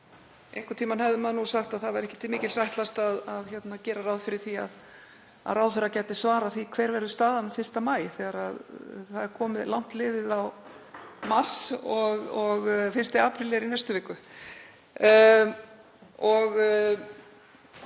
Einhvern tímann hefði maður nú sagt að það væri ekki til mikils ætlast að gera ráð fyrir því að ráðherra gæti svarað því hver staðan verður 1. maí þegar það er langt liðið á mars og 1. apríl er í næstu viku.